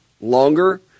longer